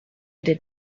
did